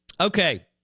Okay